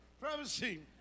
privacy